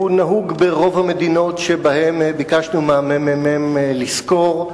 הוא נהוג ברוב המדינות שביקשנו מהממ"מ לסקור,